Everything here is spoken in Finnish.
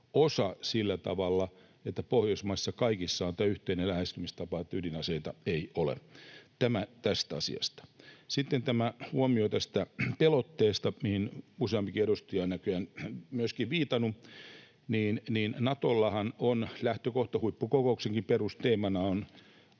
osa sillä tavalla, että kaikissa Pohjoismaissa on tämä yhteinen lähestymistapa, että ydinaseita ei ole. Tämä tästä asiasta. Sitten huomio tästä pelotteesta, mihin useampikin edustaja on näköjään myöskin viitannut: Natollahan on lähtökohta, huippukokouksenkin perusteemana on